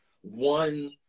one